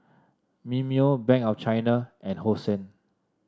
Mimeo Bank of China and Hosen